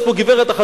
יש פה גברת אחת,